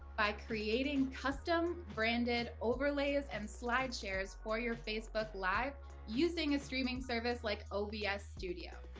by creating custom, branded overlays and slide shares for your facebook live using a streaming service like obs ah studio.